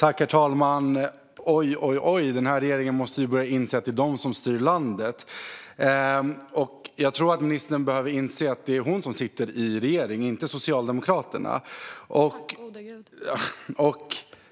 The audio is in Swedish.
Herr talman! Den här regeringen måste börja inse att det är den som styr landet. Jag tror att ministern behöver inse att det är hon som sitter i regeringen och inte Socialdemokraterna. : Tack, gode Gud!)